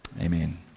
Amen